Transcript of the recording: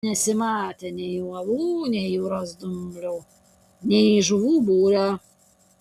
nesimatė nei uolų nei jūros dumblių nei žuvų būrio